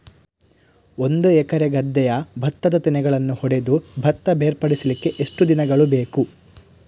ಒಂದು ಎಕರೆ ಗದ್ದೆಯ ಭತ್ತದ ತೆನೆಗಳನ್ನು ಹೊಡೆದು ಭತ್ತ ಬೇರ್ಪಡಿಸಲಿಕ್ಕೆ ಎಷ್ಟು ದಿನಗಳು ಬೇಕು?